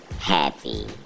happy